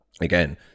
again